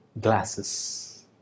glasses